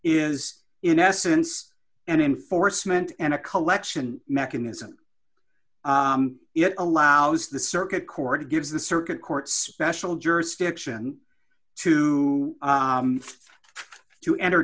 is in essence and enforcement and a collection mechanism it allows the circuit court gives the circuit court special jurisdiction to to enter